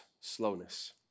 slowness